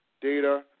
data